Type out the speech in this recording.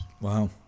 Wow